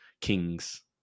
kings